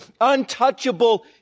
untouchable